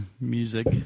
music